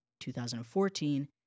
2014